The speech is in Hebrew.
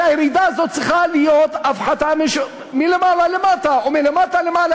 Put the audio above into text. הרי הירידה הזאת צריכה להיות הפחתה מלמעלה למטה או מלמטה למעלה,